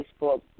Facebook